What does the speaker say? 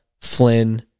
Flynn